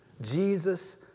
Jesus